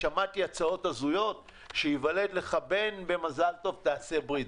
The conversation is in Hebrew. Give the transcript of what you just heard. שמעתי הצעות הזויות: נחכה שייוולד לך בן במזל טוב ותעשה ברית.